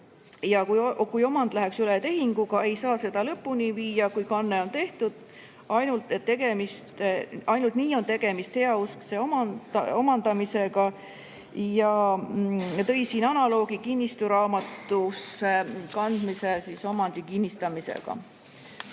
Kui omand läheks üle tehinguga, ei saa seda lõpuni viia, kuni kanne on tehtud, ainult nii on tegemist heauskse omandamisega. Ta tõi siin analoogi kinnistusraamatusse omandi kandmise kinnistamisega.